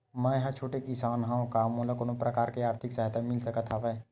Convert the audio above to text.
मै ह छोटे किसान हंव का मोला कोनो प्रकार के आर्थिक सहायता मिल सकत हवय?